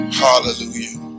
Hallelujah